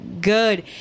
good